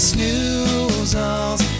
Snoozles